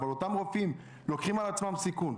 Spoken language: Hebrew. אבל אותם רופאים לוקחים על עצמם סיכון,